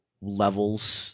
levels